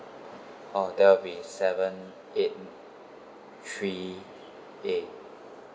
oh that would be seven eight three A